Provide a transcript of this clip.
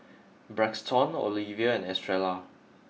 Braxton Olevia and Estrella